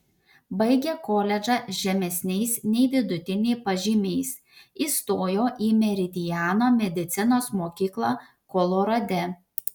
baigė koledžą žemesniais nei vidutiniai pažymiais įstojo į meridiano medicinos mokyklą kolorade